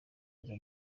neza